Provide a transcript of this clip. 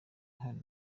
hano